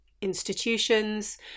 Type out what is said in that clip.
institutions